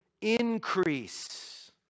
increase